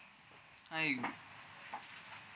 hi